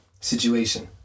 situation